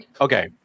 Okay